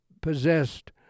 possessed